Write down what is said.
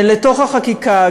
לתוך החקיקה,